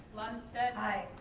lundsted. aye.